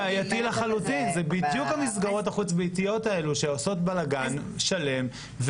אלה בדיוק המסגרות החוץ ביתיות שעושות בלגאן שלם,